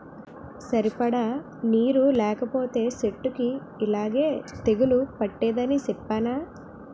సరిపడా నీరు లేకపోతే సెట్టుకి యిలాగే తెగులు పట్టేద్దని సెప్పేనా?